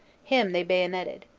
him they bayonetted.